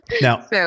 Now